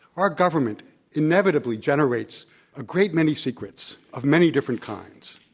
our government inevitably generates a great many secrets of many different kinds.